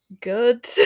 good